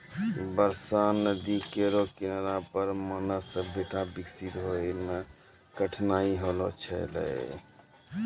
बरसा नदी केरो किनारा पर मानव सभ्यता बिकसित होय म कठिनाई होलो छलै